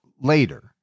later